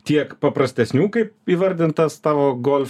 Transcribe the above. tiek paprastesnių kaip įvardintas tavo golf